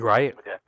Right